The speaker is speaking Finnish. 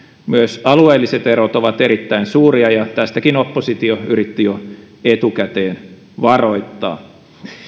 myös alueelliset erot ovat erittäin suuria ja tästäkin oppositio yritti jo etukäteen varoittaa